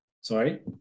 Sorry